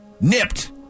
nipped